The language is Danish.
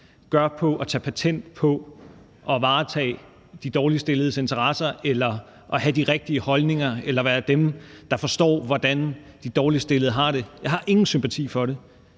gør på at tage patent på at varetage de dårligst stilledes interesser eller have de rigtige holdninger eller være dem, der forstår, hvordan de dårligst stillede har det. Jeg har ingen sympati for det.